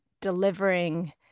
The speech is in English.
delivering